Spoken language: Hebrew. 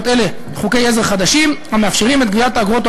אלה חוקי עזר חדשים המאפשרים את גביית האגרות או